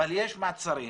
אבל יש מעצרים,